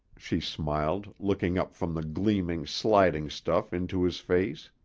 she smiled, looking up from the gleaming, sliding stuff into his face.